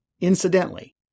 Incidentally